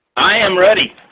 i am ready.